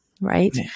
Right